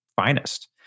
finest